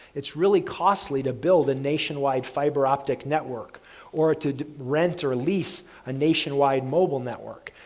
it's really costly to build a nationwide fiber-optic network or to rent or lease a nationwide mobile network.